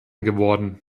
geworden